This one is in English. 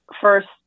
first